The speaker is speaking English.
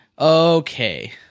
Okay